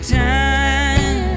time